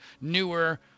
newer